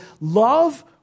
love